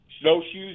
snowshoes